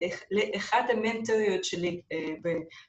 לאחת המנטוריות שלי